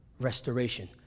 restoration